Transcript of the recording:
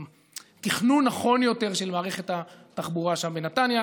בתכנון נכון יותר של מערכת התחבורה בנתניה.